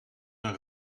een